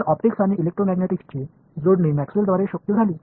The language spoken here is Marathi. तर ऑप्टिक्स आणि इलेक्ट्रोमॅग्नेटिक्सची जोडणी मॅक्सवेलद्वारे शक्य झाली